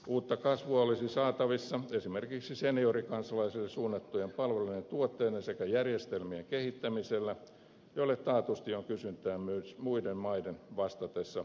uutta kasvua olisi saatavissa esimerkiksi seniorikansalaisille suunnattujen palvelujen ja tuotteiden sekä järjestelmien kehittämisellä joille taatusti on kysyntää myös muiden maiden vastatessa ikääntymisen haasteeseen